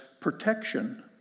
protection